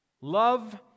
Love